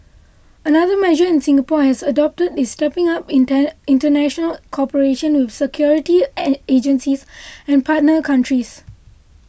another measure Singapore has adopted is stepping up international cooperation with security agencies and partner countries